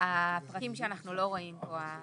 הפרקים שאנחנו לא רואים פה,